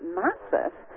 massive